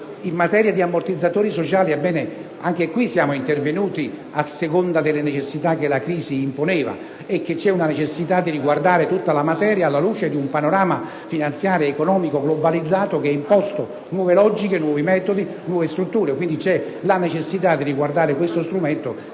in materia di ammortizzatori sociali, siamo intervenuti a seconda delle necessità che la crisi imponeva e che vi è una necessità di inquadrare tutta la materia alla luce di un panorama finanziario ed economico globalizzato, che ha imposto nuove logiche, nuovi metodi e nuove strutture. Quindi, vi è la necessità di riguardare questo strumento,